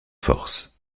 forces